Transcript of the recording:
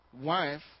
wife